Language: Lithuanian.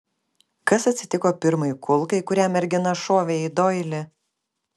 kas atsitiko pirmai kulkai kurią mergina šovė į doilį